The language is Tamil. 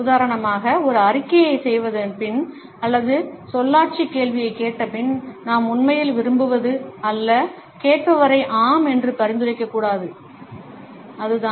உதாரணமாக ஒரு அறிக்கையைச் செய்தபின் அல்லது சொல்லாட்சிக் கேள்வியைக் கேட்டபின் நாம் உண்மையில் விரும்புவது அல்ல கேட்பவரை ஆம் என்று பரிந்துரைக்கக்கூடாது அதுதான்